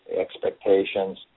expectations